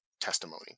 testimony